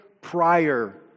prior